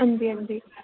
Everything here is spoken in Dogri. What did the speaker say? हां जी हां जी